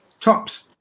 Tops